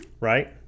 right